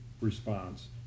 response